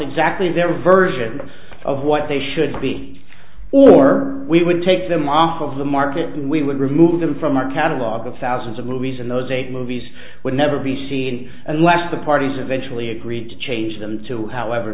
exactly their version of what they should be or we would take them off of the market and we would remove them from our catalog of thousands of movies and those eight movies would never be seen unless the parties eventually agreed to change them to however